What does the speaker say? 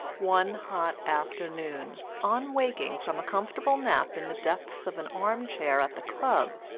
one hot afternoon, on waking from a comfortable nap in the depths of an armchair at the club,